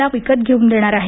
ला विकत घेऊन देणार आहे